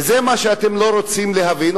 וזה מה שאתם לא רוצים להבין,